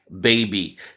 baby